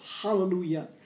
Hallelujah